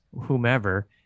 whomever